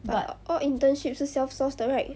but all internships 是 self source 的 right